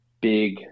big